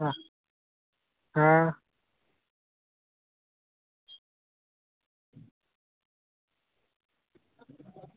आं